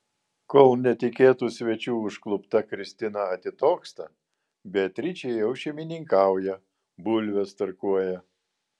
kol netikėtų svečių užklupta kristina atitoksta beatričė jau šeimininkauja bulves tarkuoja